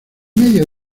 medio